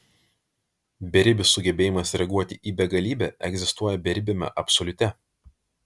beribis sugebėjimas reaguoti į begalybę egzistuoja beribiame absoliute